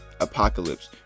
apocalypse